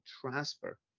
transfer